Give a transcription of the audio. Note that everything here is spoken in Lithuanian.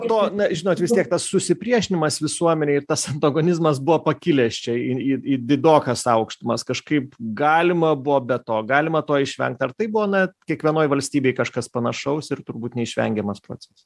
to na žinot vis tiek tas susipriešinimas visuomenėj ir tas antagonizmas buvo pakilęs čia į į į didokas aukštumas kažkaip galima buvo be to galima to išvengt ar tai buvo na kiekvienoj valstybėj kažkas panašaus ir turbūt neišvengiamas procesas